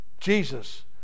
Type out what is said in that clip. Jesus